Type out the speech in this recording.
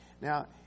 Now